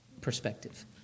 perspective